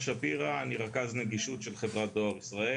רכז נגישות של חברת דואר ישראל.